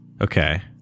okay